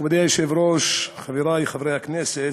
מכובדי היושב-ראש, חברי חברי הכנסת,